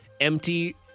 empty